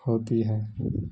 ہوتی ہے